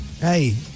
Hey